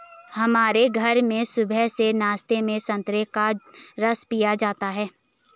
हमारे घर में सुबह के नाश्ते में संतरे का रस पिया जाता है